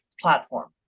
platform